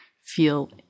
feel